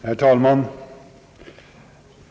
Herr talman!